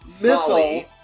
missile